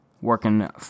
working